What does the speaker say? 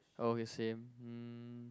okay same um